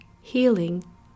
healing